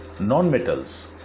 non-metals